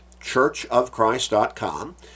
churchofchrist.com